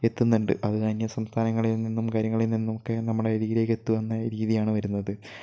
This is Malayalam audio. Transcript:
എത്തുന്നുണ്ട് അത് അന്യ സംസ്ഥാനങ്ങളിൽ നിന്നും കാര്യങ്ങളിൽ നിന്നും ഒക്കെ നമ്മുടെ അരികിലേക്കെത്തുക എന്ന രീതിയാണ് വരുന്നത്